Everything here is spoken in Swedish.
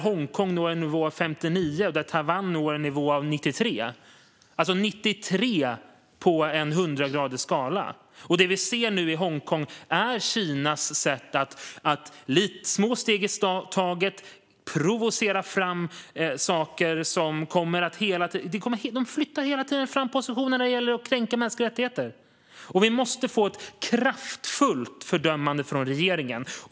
Hongkong når nivån 59 och Taiwan nivån 93 - alltså 93 på en 100-gradig skala! Det vi ser nu i Hongkong är Kinas sätt att med små steg i taget provocera fram saker som hela tiden flyttar fram positionerna när det gäller att kränka mänskliga rättigheter. Vi måste få ett kraftfullt fördömande från regeringen.